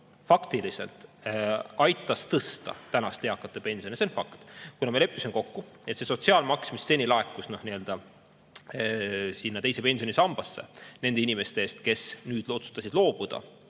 faktiliselt aitas tõsta tänaste eakate pensioni. See on fakt. Me leppisime kokku, et see sotsiaalmaks, mis seni laekus teise pensionisambasse nende inimeste eest, kes nüüd otsustasid loobuda